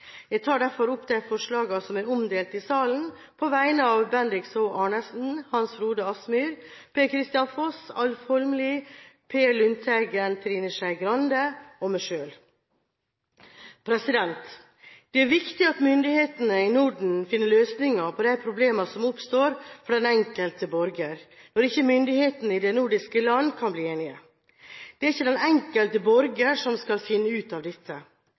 Jeg tar derfor opp de forslagene som er omdelt i salen, på vegne av Bendiks H. Arnesen, Hans Frode Kielland Asmyhr, Per-Kristian Foss, Alf Egil Holmelid, Per Olaf Lundteigen, Trine Skei Grande og meg selv. Det er viktig at myndighetene i Norden finner løsninger på de problemer som oppstår for den enkelte borger, når myndighetene i de nordiske land ikke kan bli enige. Det er ikke den enkelte borger som skal finne ut av dette.